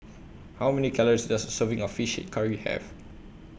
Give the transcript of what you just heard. How Many Calories Does A Serving of Fish Head Curry Have